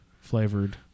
flavored